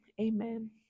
Amen